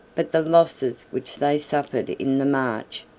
but the losses which they suffered in the march,